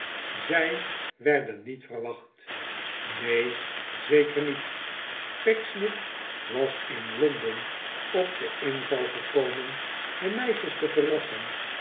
zij werden niet verwacht neen zeker niet pecksniff was in londen op den inval gekomen de meisjes te verrassen